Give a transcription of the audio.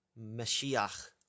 Mashiach